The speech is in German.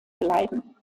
bleiben